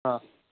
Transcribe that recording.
હા